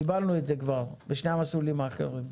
קיבלנו את זה כבר בשני המסלולים האחרים.